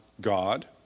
God